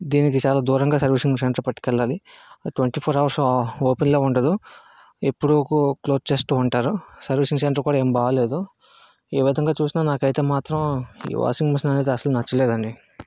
దీనికి చాలా దూరంగా సర్వీసింగ్ సెంటర్ పట్టుకు వెళ్ళాలి ట్వంటీ ఫోర్ హవర్స్ ఓపెన్లో ఉండదు ఎప్పుడు క్లోజ్ చేస్తూ ఉంటారు సర్వీసింగ్ సెంటర్ కూడా ఏం బాగాలేదు ఏ విధంగా చూసినా నాకైతే మాత్రం ఈ వాషింగ్ మిషన్ అనేది అసలు నచ్చలేదు అండి